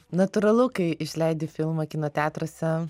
natūralu kai išleidi filmą kino teatruose